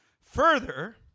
Further